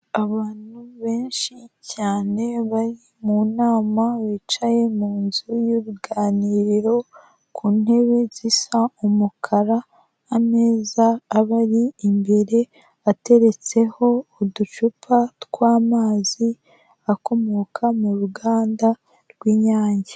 Abantu benshi cyane bari mu nama bicaye mu nzu y'uruganiriro ku ntebe zisa umukara, ameza abari imbere ateretseho uducupa tw'amazi akomoka mu ruganda rw'inyange.